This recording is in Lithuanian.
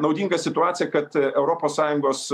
naudinga situacija kad europos sąjungos